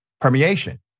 permeation